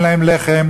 ואין להם לחם,